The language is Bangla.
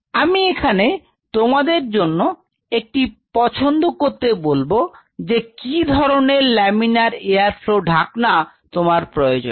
আমি এখানে তোমাদের জন্য একটি পছন্দ করতে বলব যে কি ধরনের লামিনার এয়ার ফ্লও ঢাকনা তোমার প্রয়োজন